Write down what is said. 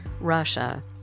Russia